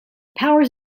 powers